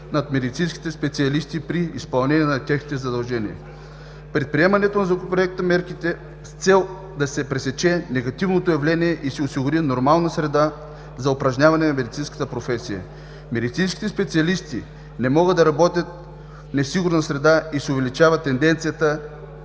над медицински специалисти при изпълнение на техните задължения. Предприемането на законодателни мерки е с цел да се пресече негативното явление и се осигури нормална среда за упражняване на медицинската професия. Медицинските специалисти не могат да работят в несигурна среда и се увеличава тенденцията